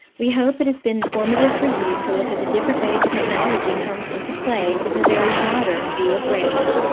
we hope it has been informative for you to look at the different ways technology comes into play with a very modern view of grammar.